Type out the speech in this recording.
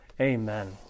Amen